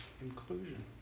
inclusion